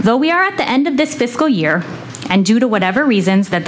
though we are at the end of this fiscal year and due to whatever reasons that